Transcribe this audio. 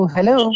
Hello।